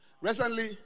Recently